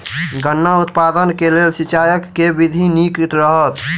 गन्ना उत्पादन केँ लेल सिंचाईक केँ विधि नीक रहत?